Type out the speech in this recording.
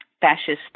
fascist